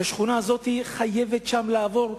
והשכונה הזאת תהיה חייבת לעבור שיקום,